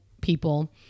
people